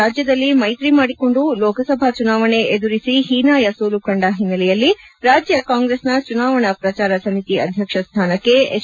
ರಾಜ್ಯದಲ್ಲಿ ಮೈತಿ ಮಾಡಿಕೊಂಡು ಲೋಕಸಭಾ ಚುನಾವಣೆ ಎದುರಿಸಿ ಹೀನಾಯ ಸೋಲು ಕಂಡ ಹಿನ್ನೆಲೆಯಲ್ಲಿ ರಾಜ್ಯ ಕಾಂಗ್ರೆಸ್ನ ಚುನಾವಣಾ ಪ್ರಚಾರ ಸಮಿತಿ ಅಧ್ಯಕ್ಷ ಸ್ಥಾನಕ್ಕೆ ಎಚ್